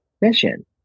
mission